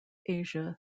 asia